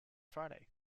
friday